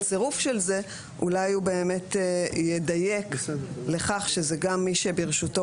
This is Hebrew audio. צירוף של זה אולי הוא באמת ידייק לכך שזה גם מי שברשותו